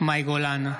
מאי גולן,